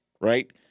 right